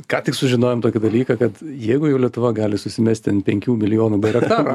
ką tik sužinojom tokį dalyką kad jeigu jau lietuva gali susimesti ant penkių milijonų bairaktar